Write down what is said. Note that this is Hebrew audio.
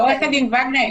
עו"ד וגנר,